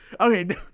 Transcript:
Okay